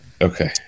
Okay